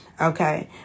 Okay